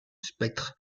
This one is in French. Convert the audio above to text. spectre